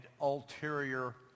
ulterior